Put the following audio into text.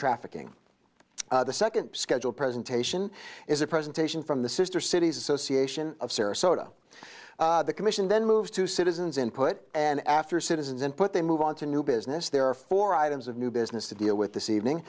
trafficking the second scheduled presentation is a presentation from the sister cities association of sarasota the commission then moves to citizens input and after citizens input they move on to new business there are four items of new business to deal with this evening